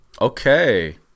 Okay